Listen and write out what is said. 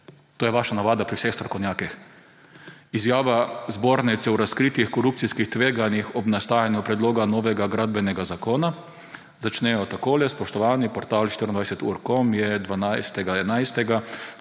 to je vaša navada pri vseh strokovnjakih. Izjava zbornice o razkritih korupcijskih tveganjih ob nastajanju predloga novega Gradbenega zakona, začnejo takole: »Spoštovani! Portal 24ur.com je 12. 11.